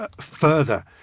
further